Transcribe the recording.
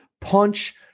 punch